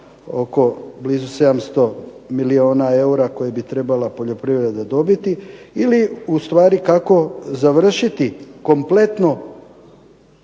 oko blizu 700 milijuna eura koje bi trebala poljoprivreda dobiti. Ili ustvari kako završiti kompletno